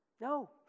No